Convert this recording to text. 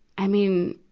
i mean,